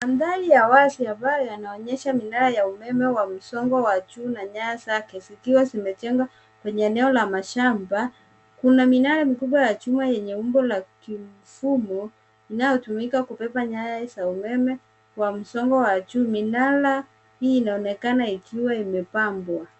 Mandhari ya wazi ambayo yanaonyesha minara ya umeme wa msongo wa juu na nyaya zake zikiwa zimejengwa kwenye eneo la mashamba, kuna minara mikubwa ya chuma yenye umbo la kimfumo, inayotumika kubeba nyaya za umeme kwa msongo wa juu. Minara hii inaonekana ikiwa imepambwa.